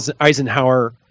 Eisenhower